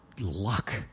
luck